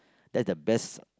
that's the best